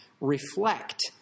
reflect